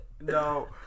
No